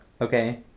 okay